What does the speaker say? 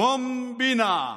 קומבינה,